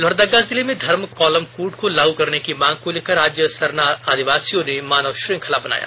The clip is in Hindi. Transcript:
लोहरदगा जिले में धर्म कॉलम कोड को लागू करने की मांग को लेकर आज सरना आदिवासियों ने मानव श्रृंखला बनाया